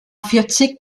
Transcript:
vierzig